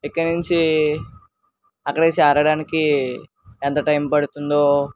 ఇక్కడ నుంచి అక్కడికి చేరడానికి ఎంత టైం పడుతుందో